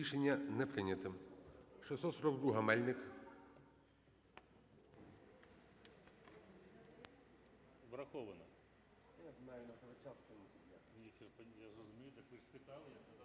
Рішення не прийнято.